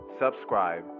subscribe